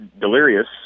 Delirious